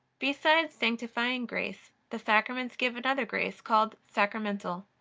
besides sanctifying grace the sacraments give another grace, called sacramental.